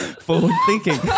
forward-thinking